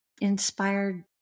inspired